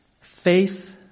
Faith